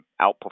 outperform